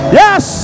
yes